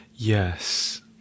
Yes